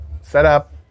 setup